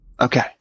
Okay